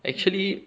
actually